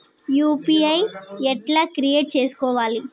UPI ఎట్లా create చేసుకోవాలి?